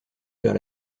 vers